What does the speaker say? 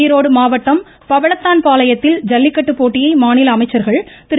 ஈரோடு மாவட்டம் பவளத்தான்பாளையத்தில் ஜல்லிகட்டுப் போட்டியை மாநில அமைச்சர்கள் திரு